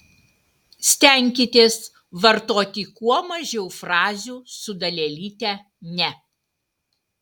stenkitės vartoti kuo mažiau frazių su dalelyte ne